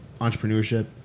Entrepreneurship